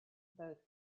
both